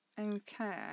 okay